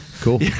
Cool